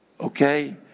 okay